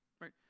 right